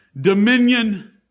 Dominion